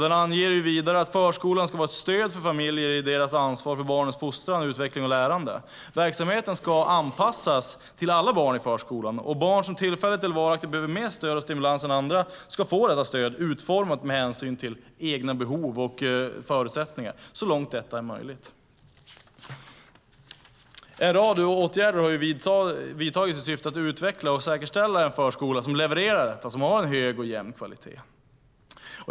Den anger också att förskolan ska vara ett stöd för familjer i deras ansvar för barnens fostran, utveckling och lärande. Verksamheten ska anpassas till alla barn i förskolan. Barn som tillfälligt eller varaktigt behöver mer stöd och stimulans än andra ska få det utformat med hänsyn till egna behov och förutsättningar så långt det är möjligt. En rad åtgärder har vidtagits i syfte att utveckla och säkerställa en förskola som har en hög och jämn kvalitet.